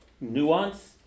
nuance